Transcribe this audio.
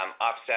offset